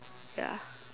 ya